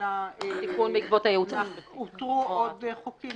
אלא אותרו עוד חוקים